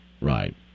Right